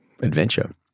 adventure